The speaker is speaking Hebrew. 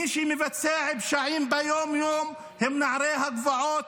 מי שמבצע פשעים ביום-יום הם נערי הגבעות,